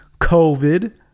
covid